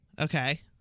Okay